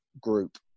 group